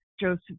Joseph